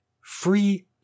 free